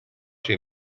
too